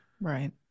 Right